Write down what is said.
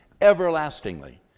everlastingly